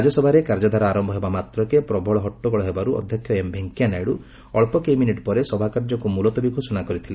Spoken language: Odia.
ରାଜ୍ୟସଭାରେ କାର୍ଯ୍ୟଧାରା ଆରମ୍ଭ ହେବାମାତ୍ରକେ ପ୍ରବଳ ହଟ୍ଟଗୋଳ ହେବାରୁ ଅଧ୍ୟକ୍ଷ ଏମ୍ ଭେଙ୍କୟାନାଇଡୁ ଅକ୍ଷ କେଇମିନିଟ୍ ପରେ ସଭାକାର୍ଯ୍ୟକୁ ମୁଲତବୀ ଘୋଷଣା କରିଥିଲେ